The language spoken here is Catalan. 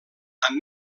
amb